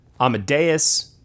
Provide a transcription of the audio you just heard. Amadeus